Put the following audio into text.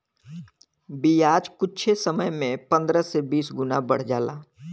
बियाज कुच्छे समय मे पन्द्रह से बीस गुना बढ़ जाला